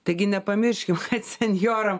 taigi nepamirškim senjoram